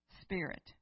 spirit